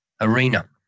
arena